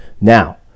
Now